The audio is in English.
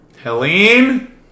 Helene